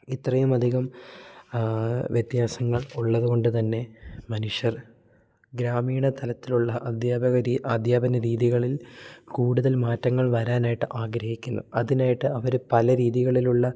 ഇത്രയും അധികം വ്യത്യാസങ്ങൾ ഉള്ളത് കൊണ്ട് തന്നെ മനുഷ്യർ ഗ്രാമീണ തലത്തിലുള്ള അധ്യാപക രീതി അദ്ധ്യാപന രീതികളിൽ കൂടുതൽ മാറ്റങ്ങൾ വരാനായിട്ട് ആഗ്രഹിക്കുന്നു അതിനായിട്ട് അവർ പല രീതികളിലുള്ള